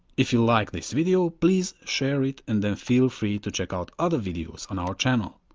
if you like this video please share it and then feel free to check out other videos on our channel.